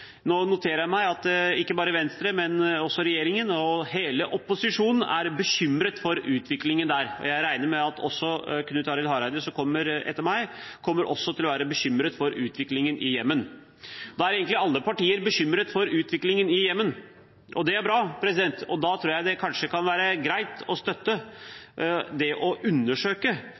nå noterer jeg meg at ikke bare Venstre, men også regjeringen og hele opposisjonen er bekymret for utviklingen der. Jeg regner med at også Knut Arild Hareide, som kommer på talerstolen etter meg, kommer til å uttrykke bekymring for utviklingen i Jemen. Da er egentlig alle partier bekymret for utviklingen i Jemen, og det er bra. Jeg tror det da kanskje kan være greit å støtte det å undersøke